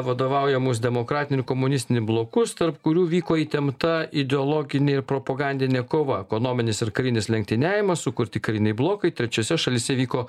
vadovaujamus demokratinių komunistinį blokus tarp kurių vyko įtempta ideologinė ir propagandinė kova ekonominis ir karinis lenktyniavimas sukurti kariniai blokai trečiose šalyse vyko